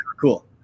Cool